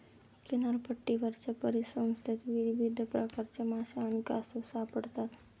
किनारपट्टीवरच्या परिसंस्थेत विविध प्रकारचे मासे आणि कासव सापडतात